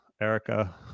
Erica